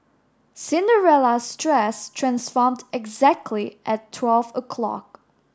Cinderella's dress transformed exactly at twelve a clock